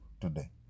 today